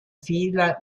fila